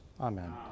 Amen